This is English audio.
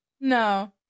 No